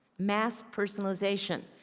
mass personalization.